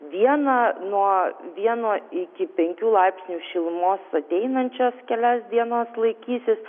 dieną nuo vieno iki penkių laipsnių šilumos ateinančias kelias dienas laikysis